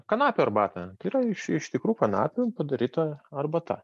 kanapių arbatą yra iš iš tikrų kanapių padaryta arbata